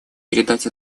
передать